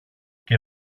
και